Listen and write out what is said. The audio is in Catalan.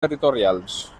territorials